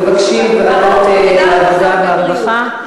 מבקשים ועדת העבודה והרווחה.